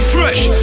Fresh